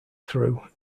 through